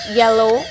yellow